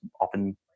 often